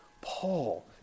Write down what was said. Paul